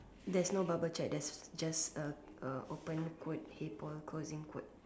there's no bubble chat there's just uh uh open quote hey Paul closing quote